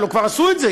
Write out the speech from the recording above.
הרי כבר עשו את זה,